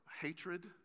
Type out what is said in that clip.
hatred